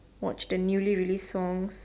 watch the newly released songs